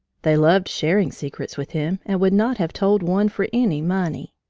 they loved sharing secrets with him and would not have told one for any money.